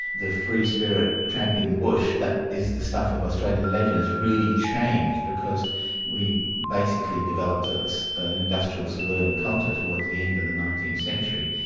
the free spirit tramping the bush, that is the stuff of australian legends, really changed, because we basically developed an industrial suburban culture towards the end of the nineteenth century,